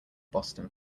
boston